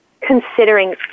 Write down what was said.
considering